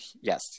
yes